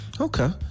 Okay